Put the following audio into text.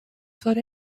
fled